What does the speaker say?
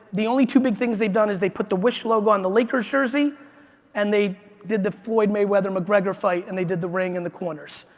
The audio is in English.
the only two big things they've done is they put the wish logo on the lakers' jersey and they did the floyd mayweather mcgregor fight and they did the ring and the corners,